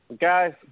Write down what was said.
Guys